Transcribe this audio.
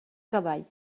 cavall